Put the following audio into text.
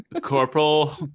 corporal